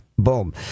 boom